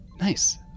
Nice